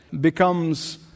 becomes